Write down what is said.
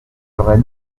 ferais